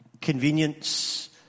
Convenience